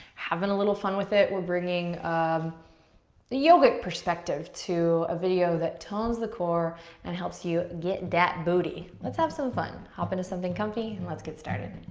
having a little fun with it. we're bringing um the yogic perspective to a video that tones the core and helps you get dat booty. let's have some fun. hop into something comfy and let's get started.